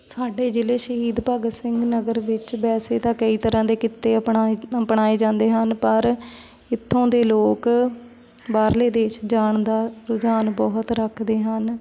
ਸਾਡੇ ਜ਼ਿਲ੍ਹੇ ਸ਼ਹੀਦ ਭਗਤ ਸਿੰਘ ਨਗਰ ਵਿੱਚ ਵੈਸੇ ਤਾਂ ਕਈ ਤਰ੍ਹਾਂ ਦੇ ਕਿੱਤੇ ਅਪਣਾਏ ਅਪਣਾਏ ਜਾਂਦੇ ਹਨ ਪਰ ਇੱਥੋਂ ਦੇ ਲੋਕ ਬਾਹਰਲੇ ਦੇਸ਼ ਜਾਣ ਦਾ ਰੁਝਾਨ ਬਹੁਤ ਰੱਖਦੇ ਹਨ